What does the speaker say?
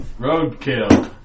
Roadkill